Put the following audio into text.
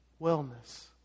wellness